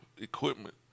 equipment